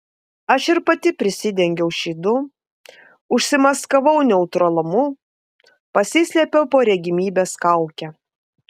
aš ir pati prisidengiau šydu užsimaskavau neutralumu pasislėpiau po regimybės kauke